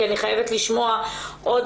כי אני חייבת לשמוע עוד.